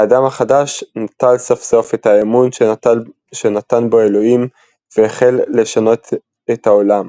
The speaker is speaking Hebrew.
האדם החדש נטל סוף סוף את האמון שנתן בו אלוהים והחל לשנות את העולם,